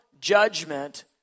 judgment